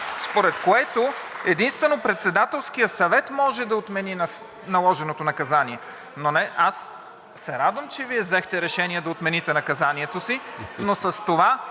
според което единствено Председателският съвет може да отмени наложеното наказание. Аз се радвам, че Вие взехте решение да отмените наказанието си, но с това